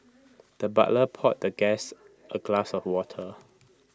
the butler poured the guest A glass of water